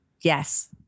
Yes